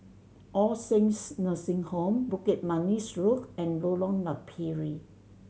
All Saints Nursing Home Bukit Manis Road and Lorong Napiri